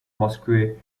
mosque